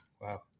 Wow